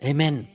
Amen